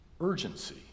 urgency